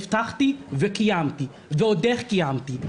הבטחתי וקיימתי, ועוד איך קיימתי.